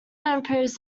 improves